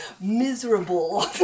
miserable